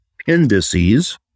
appendices